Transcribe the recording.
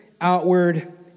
outward